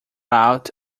out